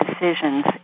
decisions